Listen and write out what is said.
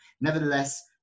Nevertheless